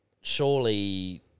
Surely